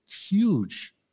huge